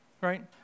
Right